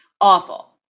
awful